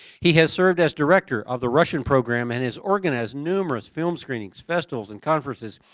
he has served as director of the russian program and has organized numerous film screenings, festivals, and conferences,